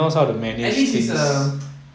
at least he's um